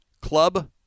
club